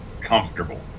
comfortable